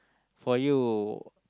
for you